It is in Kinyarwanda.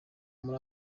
muri